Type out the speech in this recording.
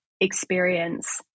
experience